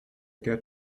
get